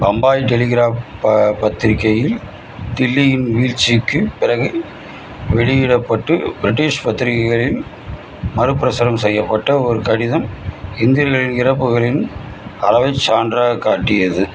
Bombay Telegraph பத்திரிகையில் தில்லியின் வீழ்ச்சிக்குப் பிறகு வெளியிடப்பட்டு பிரிட்டிஷ் பத்திரிகைகளில் மறுபிரசுரம் செய்யப்பட்ட ஒரு கடிதம் இந்தியர்களின் இறப்புகளின் அளவுச் சான்றாகக் காட்டியது